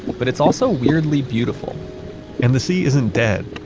but it's also weirdly beautiful and the sea isn't dead.